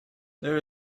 there